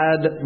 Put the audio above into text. add